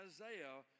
Isaiah